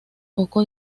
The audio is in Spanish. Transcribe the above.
poco